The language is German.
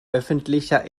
öffentlicher